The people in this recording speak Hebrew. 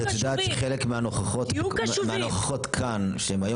את יודעת שחלק מהנוכחות כאן שהן היו